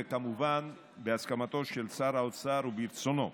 וכמובן בהסכמתו של שר האוצר וברצונו.